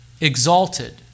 exalted